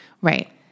Right